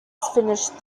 finished